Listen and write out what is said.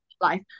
life